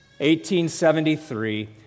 1873